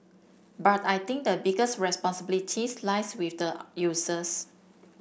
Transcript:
but I think the biggest responsibilities lies with the users